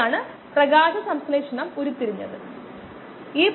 a ദശാംശ reduction സമയം നിർണ്ണയിക്കുക